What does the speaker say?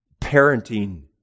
parenting